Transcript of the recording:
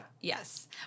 Yes